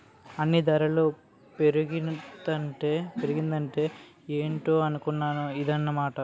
అన్నీ దరలు పెరిగిపోతాంటే ఏటో అనుకున్నాను ఇదన్నమాట